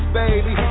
baby